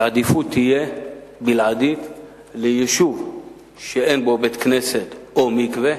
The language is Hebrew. שהעדיפות תהיה בלעדית ליישוב שאין בו בית-כנסת או מקווה,